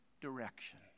direction